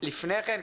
לפני כן,